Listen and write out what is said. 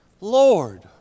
Lord